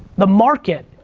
the market,